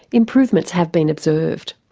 improvements have been observed.